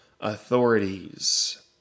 Authorities